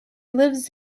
lives